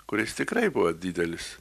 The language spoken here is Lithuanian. kuris tikrai buvo didelis